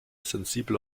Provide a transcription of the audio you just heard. sensibel